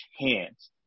hands